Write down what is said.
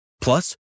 plus